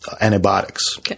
antibiotics